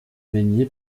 baigné